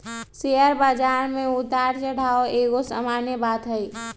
share बजार में उतार चढ़ाओ एगो सामान्य बात हइ